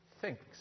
thinks